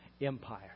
Empire